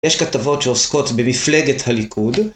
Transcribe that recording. יש כתבות שעוסקות במפלגת הליכוד.